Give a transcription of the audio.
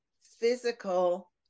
physical